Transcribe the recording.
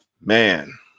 man